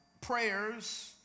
prayers